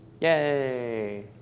Yay